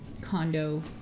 condo